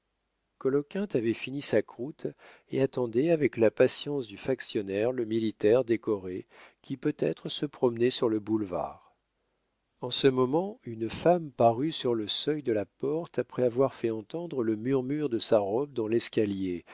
coloquinte avait fini sa croûte et attendait avec la patience du factionnaire le militaire décoré qui peut-être se promenait sur le boulevard en ce moment une femme parut sur le seuil de la porte après avoir fait entendre le murmure de sa robe dans l'escalier